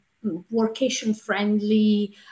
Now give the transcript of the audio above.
workation-friendly